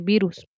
virus